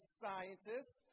scientists